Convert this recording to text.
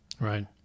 Right